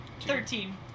Thirteen